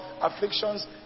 afflictions